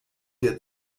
der